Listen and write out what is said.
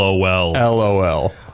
LOL